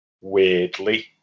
weirdly